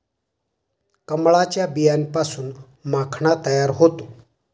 कमळाच्या बियांपासून माखणा तयार होतो